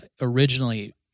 originally